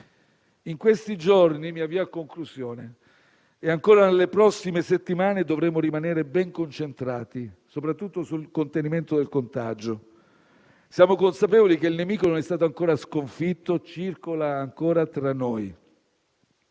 In questi giorni - mi avvio a conclusione - e ancora nelle prossime settimane dovremo rimanere ben concentrati soprattutto sul contenimento del contagio. Siamo consapevoli che il nemico non è stato ancora sconfitto e circola ancora tra noi.